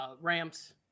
Ramps